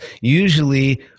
usually –